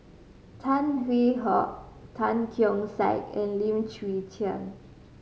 Tan Hwee Hock Tan Keong Saik and Lim Chwee Chian